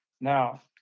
Now